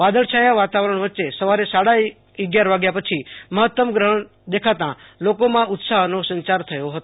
વાદળછાથા વાતાવરણ વચ્ચે સવારે સાડા અગિયાર વાગ્યા પછી મફત્તમ ગ્રહણ દેખાતા લોકોમાં ઉત્સાહનો સં ચાર થયો હતો